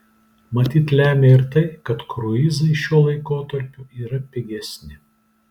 matyt lemia ir tai kad kruizai šiuo laikotarpiu yra pigesni